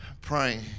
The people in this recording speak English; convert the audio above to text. praying